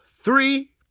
three